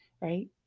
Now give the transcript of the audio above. right